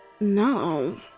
No